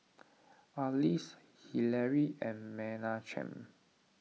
Arlis Hillary and Menachem